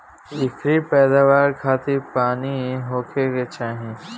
एकरी पैदवार खातिर पानी होखे के चाही